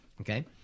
Okay